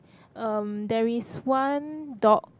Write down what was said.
um there is one dog